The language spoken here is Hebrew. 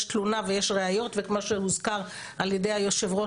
תלונה ויש ראיות וכמו שהוזכר על ידי היושב ראש,